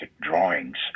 drawings